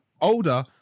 older